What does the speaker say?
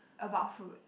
about food